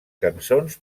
cançons